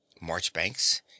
marchbanks